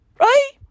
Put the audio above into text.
right